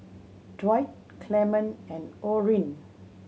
Dwight Clement and Orene